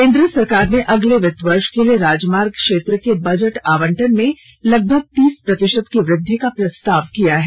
केन्द्र सरकार ने अगले वित्त वर्ष के लिए राजमार्ग क्षेत्र के बजट आबंटन में लगभग तीस प्रतिशत की वृद्धि का प्रस्ताव किया है